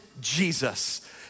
Jesus